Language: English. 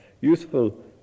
useful